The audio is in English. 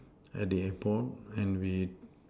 at the airport and we